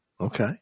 Okay